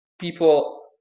people